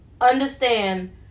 understand